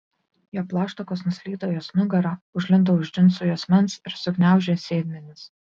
jo plaštakos nuslydo jos nugara užlindo už džinsų juosmens ir sugniaužė sėdmenis